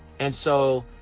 and so